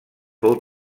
fou